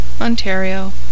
Ontario